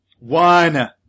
One